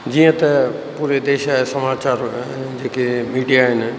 जीअं त पूरे देश जा समाचार जेके मीडिया आहिनि